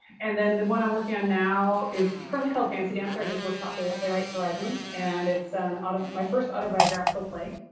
and then the one i'm working on now is currently called fancy dancer. i just workshopped it at playwrights horizons. and it's an, my first autobiographical play.